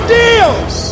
deals